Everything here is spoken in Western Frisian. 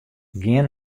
gean